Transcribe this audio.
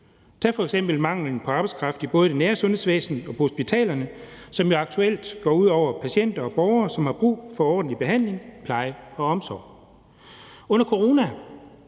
Tag f.eks. manglen på arbejdskraft i både det nære sundhedsvæsen og på hospitalerne, som jo aktuelt går ud over patienter og borgere, som har brug for ordentlig behandling, pleje og omsorg. Under coronaen